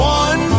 one